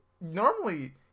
Normally